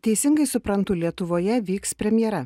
teisingai suprantu lietuvoje vyks premjera